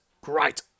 great